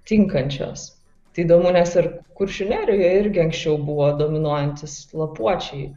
tinkančios tai įdomu nes ir kuršių nerijoj irgi anksčiau buvo dominuojantys lapuočiai